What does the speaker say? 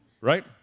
right